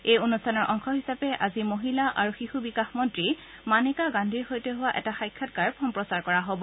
এই অনুষ্ঠানৰ অংশ হিচাপে আজি মহিলা আৰু শিশু বিকাশ মন্ত্ৰী মানেকা গান্ধীৰ সৈতে হোৱা এটা সাংক্ষাৎকাৰ সম্প্ৰচাৰ কৰা হ'ব